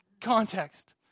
context